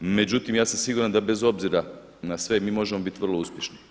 Međutim, ja sam sigurno da bez obzira na sve mi možemo biti vrlo uspješni.